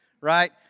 right